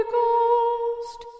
Ghost